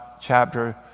chapter